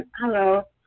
Hello